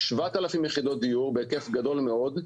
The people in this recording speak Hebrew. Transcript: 7,000 יחידות דיור בהיקף גדול מאוד,